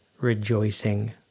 Rejoicing